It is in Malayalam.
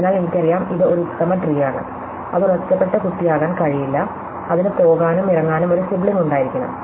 അതിനാൽ എനിക്കറിയാം ഇത് ഒരു ഉത്തമ ട്രീയാണ് അത് ഒരു ഒറ്റപ്പെട്ട കുട്ടിയാകാൻ കഴിയില്ല അതിന് പോകാനും ഇറങ്ങാനും ഒരു സിബ്ലിംഗ് ഉണ്ടായിരിക്കണം